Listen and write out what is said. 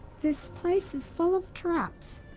this place is full of traps,